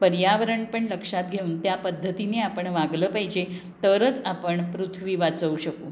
पर्यावरण पण लक्षात घेऊन त्या पद्धतीने आपण वागलं पाहिजे तरच आपण पृथ्वी वाचवू शकू